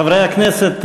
חברי הכנסת,